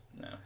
No